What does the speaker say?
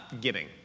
giving